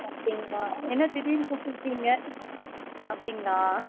அப்படிங்களா என்ன திடீர்னு கூப்பிட்டிருக்கீங்க அப்படிங்களா